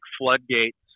floodgates